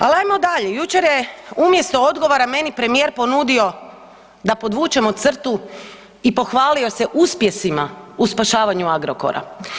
Al jamo dalje, jučer je umjesto odgovora meni premijer ponudio da podvučemo crtu i pohvalio se uspjesima u spašavanju Agrokora.